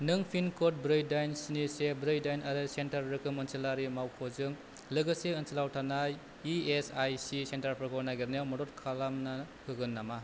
नों पिनक'ड ब्रै दाइन स्नि से ब्रै दाइन आरो सेन्टार रोखोम ओनसोलारि मावख'जों लोगोसे ओनसोलाव थानाय इएसआइसि सेन्टारफोरखौ नागिरनायाव मदद खालामनो होगोन नामा